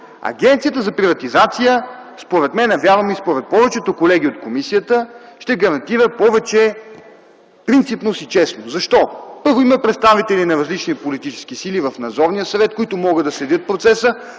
Агенцията за приватизация, според мен, надявам се и според повечето колеги от комисията, ще гарантира повече принципност и честност. Защо? Първо, има представители на различни политически сили в Надзорния съвет, които могат да следят процеса,